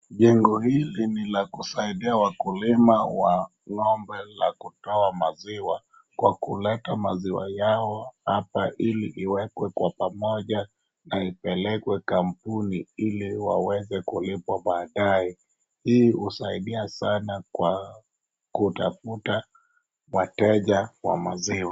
Jengo hili nilakusaidia wakulima wa ng'ombe za kutoa maziwa kwa kuleta maziwa yao hapa ili iwekwe kwa pamoja na ipelekwe kampuni ili waweze kulipwa baadaye, hii husaidia sana kwa kutafuta wateja wa maziwa.